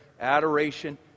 Adoration